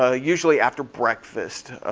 ah usually after breakfast.